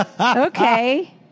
Okay